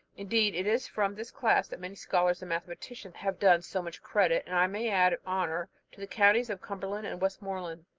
indeed, it is from this class that many scholars and mathematicians have done so much credit, and i may add honour, to the counties of cumberland and westmoreland.